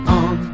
on